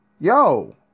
yo